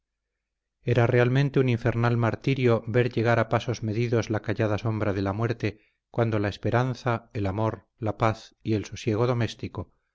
era realmente un infernal martirio ver llegar a pasos medidos la callada sombra de la muerte cuando la esperanza el amor la paz y el sosiego doméstico